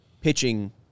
pitching